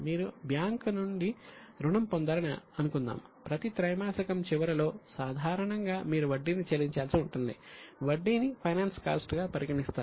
మీరు బ్యాంకు నుండి రుణం పొందారని అనుకుందాం ప్రతి త్రైమాసికం చివరిలో సాధారణంగా మీరు వడ్డీని చెల్లించాల్సి ఉంటుంది వడ్డీని ఫైనాన్స్ కాస్ట్ గా పరిగణిస్తారు